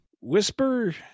Whisper